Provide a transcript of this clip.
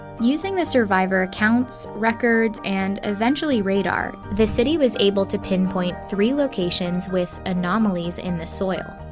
using the survivor accounts, records, and eventually, radar the city was able to pinpoint three locations with anomalies in the soil.